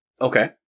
Okay